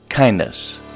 Kindness